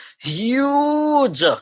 huge